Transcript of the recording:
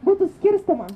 būtų skirstoma